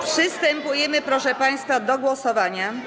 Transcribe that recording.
Przystępujemy, proszę państwa, do głosowania.